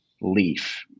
leaf